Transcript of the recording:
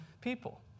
people